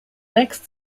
next